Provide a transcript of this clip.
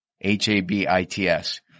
H-A-B-I-T-S